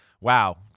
wow